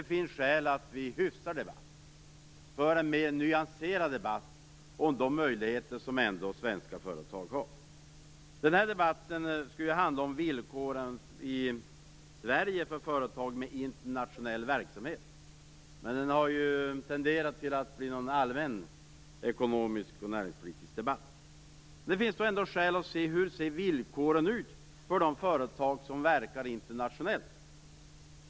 Det finns skäl att vi hyfsar debatten, att vi för en mer nyanserad debatt om de möjligheter som ändå svenska företag har. Den här debatten skulle handla om villkoren i Sverige för företag med internationell verksamhet, men den har tenderat att bli en allmän ekonomisk och näringspolitisk debatt. Det finns ändå skäl att fråga sig hur villkoren ser ut för de företag som verkar internationellt.